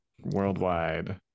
worldwide